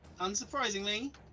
unsurprisingly